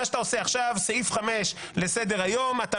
טוב, שמחה, אנחנו לא נצא מזה.